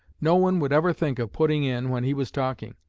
no one would ever think of putting in when he was talking.